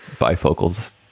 bifocals